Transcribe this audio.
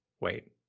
wait